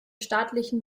staatlichen